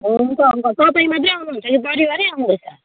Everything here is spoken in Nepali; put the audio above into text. हुन्छ अङ्कल तपाईँ मात्रै आउनु हुन्छ कि परिवारै आउनु हुँदैछ